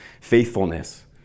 faithfulness